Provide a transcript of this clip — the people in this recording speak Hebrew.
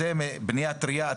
בנייה טרייה?